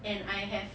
and I have